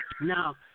Now